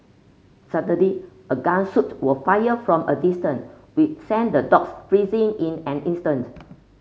suddenly a gun shot was fired from a distance we sent the dogs freezing in an instant